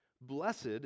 Blessed